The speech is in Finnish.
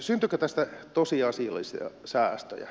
syntyykö tästä tosiasiallisia säästöjä